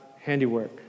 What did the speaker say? handiwork